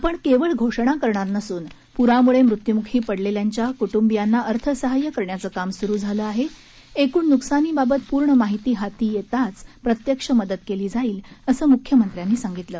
आपण केवळ घोषणा करणार नसून पुरामुळे मृत्युमुखी पडलेल्यांच्या कुटुंबियांना अर्थसहाय्य्य करण्याचं काम सुरु झालं असून एकूण नुकसानीबाबत पूर्ण माहिती हाती येताच प्रत्यक्ष मदत केली जाईल असं मुख्यमंत्र्यांनी सांगितलं